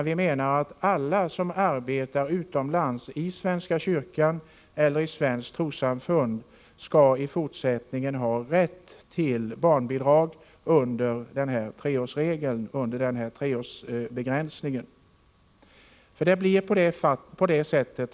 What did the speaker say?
Vi menar att alla som arbetar utomlands i svenska kyrkans eller ett svenskt trossamfunds tjänst i fortsättningen skall ha rätt till barnbidrag under den begränsade period som treårsregeln avser.